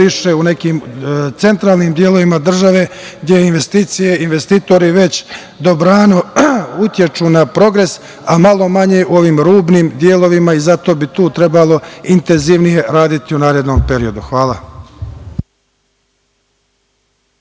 više u nekim centralnim delovima države, gde investicije, investitori već dobrano utiču na progres, a malo manje ovim rubnim delovima i zato bi tu trebalo intenzivnije raditi u narednom periodu. Hvala.